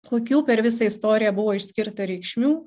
kokių per visą istoriją buvo išskirta reikšmių